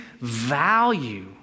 value